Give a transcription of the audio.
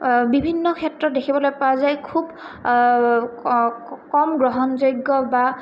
বিভিন্ন ক্ষেত্ৰত দেখিবলৈ পোৱা যায় খুব কম গ্ৰহণযোগ্য বা